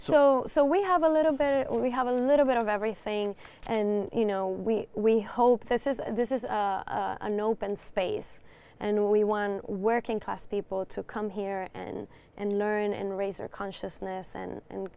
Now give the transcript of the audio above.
so so we have a little bit we have a little bit of everything and you know we we hope this is a this is an open space and we won working class people to come here and and learn and raise our consciousness and and